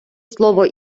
слово